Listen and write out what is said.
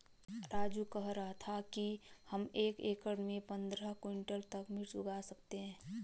राजू कह रहा था कि हम एक एकड़ में पंद्रह क्विंटल तक मिर्च उगा सकते हैं